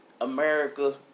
America